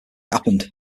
happened